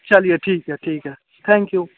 चलिए ठीक है ठीक है थैंक यू